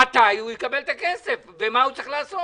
מתי הוא יקבל את הכסף ומה הוא צריך לעשות?